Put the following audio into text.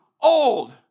old